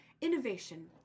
innovation